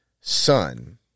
son